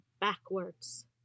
backwards